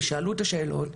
ושאלו את השאלות.